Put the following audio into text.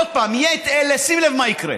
עוד פעם, יהיה את אלה, שים לב מה יקרה.